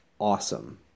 awesome